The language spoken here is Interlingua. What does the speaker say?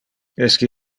esque